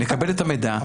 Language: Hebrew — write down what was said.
נקבל את המידע,